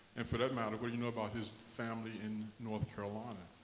and for that matter, what do you know about his family in north carolina?